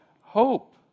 hope